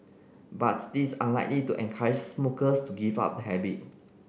but this unlikely to encourage smokers to give up the habit